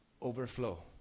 overflow